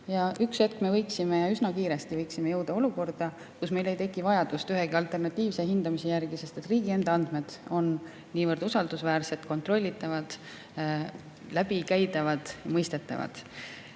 Üks hetk, ja üsna kiiresti võiksime jõuda olukorda, kus meil ei teki vajadust alternatiivse hindamise järele, sest riigi enda andmed on niivõrd usaldusväärsed, kontrollitavad, läbikäidavad, mõistetavad.